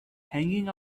hanging